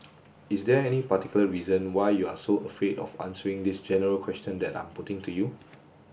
is there any particular reason why you are so afraid of answering this general question that I'm putting to you